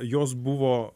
jos buvo